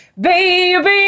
Baby